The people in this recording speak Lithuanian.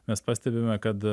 mes pastebime kad